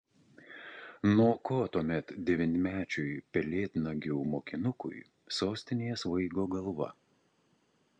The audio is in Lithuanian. nuo ko tuomet devynmečiui pelėdnagių mokinukui sostinėje svaigo galva